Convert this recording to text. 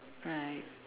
right